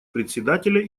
председателя